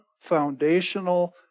foundational